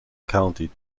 county